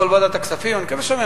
בעיה קשה מאוד.